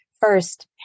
first